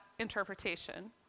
interpretation